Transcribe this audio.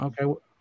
Okay